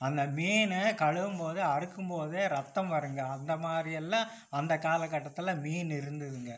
அந்த மீனு கழுவும் போது அறுக்கும் போது ரத்தம் வருங்க அந்த மாதிரி எல்லாம் அந்த காலகட்டத்தில் மீன் இருந்ததுங்கள்